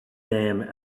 damned